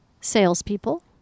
salespeople